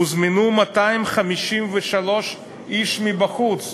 הוזמנו 253 איש מבחוץ,